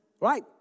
right